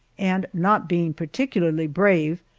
and not being particularly brave,